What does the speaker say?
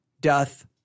doth